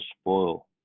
spoil